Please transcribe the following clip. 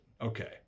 Okay